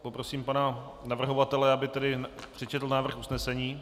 Poprosím pana navrhovatele, aby tedy přečetl návrh usnesení.